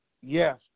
Yes